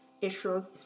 issues